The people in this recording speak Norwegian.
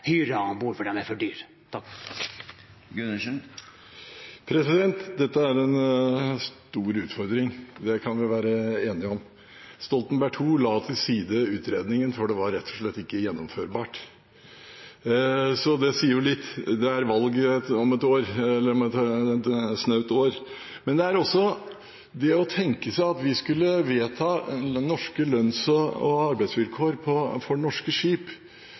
hyre om bord fordi de er for dyre? Dette er en stor utfordring – det kan vi være enige om. Stoltenberg II la til side utredningen, for det var rett og slett ikke gjennomførbart. Det sier jo litt. Det er valg om et snaut år. At vi skulle vedta norske lønns- og arbeidsvilkår for norske skip,